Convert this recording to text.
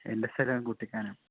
എന്റെ സ്ഥലം കുട്ടിക്കാനം